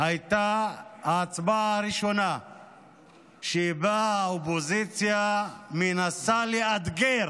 הייתה ההצבעה הראשונה שבה האופוזיציה מנסה לאתגר